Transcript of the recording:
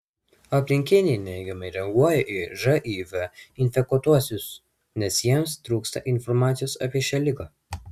aplinkiniai neigiamai reaguoja į živ infekuotuosius nes jiems trūksta informacijos apie šią ligą